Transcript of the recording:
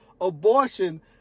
abortion